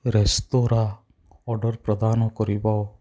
restaurant order ପ୍ରଦାନ କରିବ